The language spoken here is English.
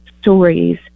stories